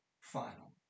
final